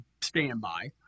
standby